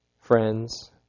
friends